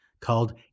called